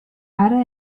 ara